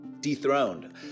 dethroned